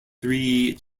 three